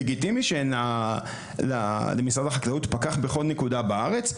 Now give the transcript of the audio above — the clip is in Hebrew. לגיטימי שאין למשרד החקלאות פקח בכל נקודה בארץ,